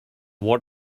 what